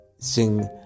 Sing